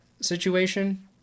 situation